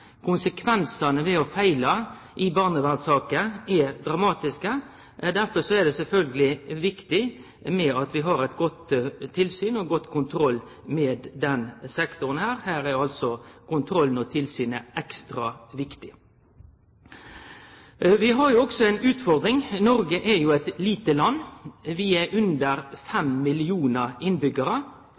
Konsekvensane ved å feile i barnevernssaker er dramatiske. Derfor er det viktig at vi har eit godt tilsyn og ein god kontroll med den sektoren. Her er altså kontrollen og tilsynet ekstra viktig. Vi har også ei utfordring. Noreg er jo eit lite land. Vi er under 5 millionar